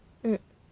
mm